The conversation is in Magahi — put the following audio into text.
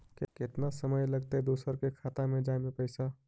केतना समय लगतैय दुसर के खाता में जाय में पैसा?